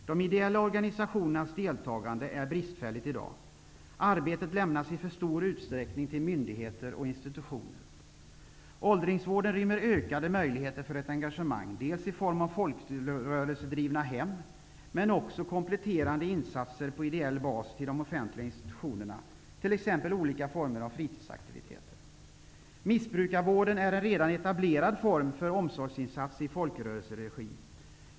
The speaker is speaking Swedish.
De ideella organisationernas deltagande är bristfälligt i dag. Arbetet lämnas i för stor utsträckning till myndigheter och institutioner. Åldringsvården rymmer ökade möjligheter för ett engagemang, dels i form av folkrörelsedrivna hem, dels som en komplettering på ideell bas av de offentliga institutionernas insatser, t.ex. olika former av fritidsaktiviteter. Missbrukarvården är en redan etablerad form för omsorgsinsats i folkrörelseregi.